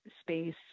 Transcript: space